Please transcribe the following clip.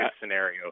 scenario